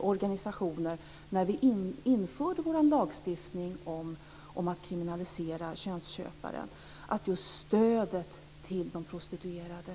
organisationer, när lagstiftningen om att kriminalisera könsköpare infördes, att man skulle ge stöd till de prostituerade.